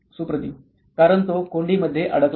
सुप्रातिव कारण तो कोंडी मध्ये अडकला आहे